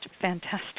fantastic